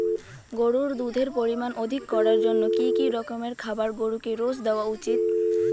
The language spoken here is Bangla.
গরুর দুধের পরিমান অধিক করার জন্য কি কি রকমের খাবার গরুকে রোজ দেওয়া উচিৎ?